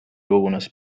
kogunes